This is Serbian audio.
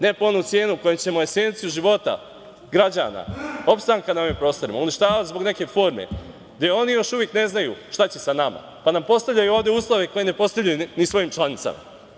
Ne po onu cenu koju ćemo esenciju života građana, opstanka na ovim prostorima, uništavati zbog neke forme, gde oni još uvek ne znaju šta će sa nama, pa nam postavljaju ovde uslove koje ne postavljaju ni svojim članicama.